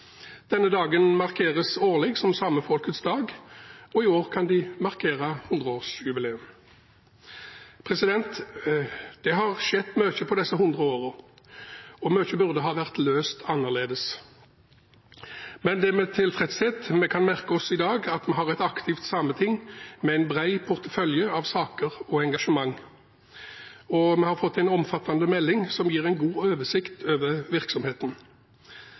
Denne dagen markeres årlig som Samefolkets dag, og i år kan de markere 100-årsjubileum. Det har skjedd mye på disse hundre årene, og mye burde ha vært løst annerledes. Men det er med tilfredshet vi kan merke oss i dag at vi har et aktivt sameting, med en bred portefølje av saker og engasjement, og vi har fått en omfattende melding som gir en god oversikt over virksomheten.